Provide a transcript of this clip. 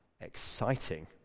exciting